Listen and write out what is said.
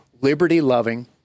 liberty-loving